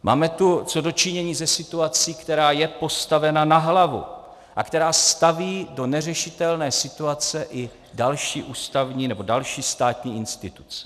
Máme tu co do činění se situací, která je postavena na hlavu a která staví do neřešitelné situace i další ústavní nebo další státní instituce.